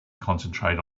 concentrate